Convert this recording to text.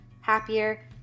happier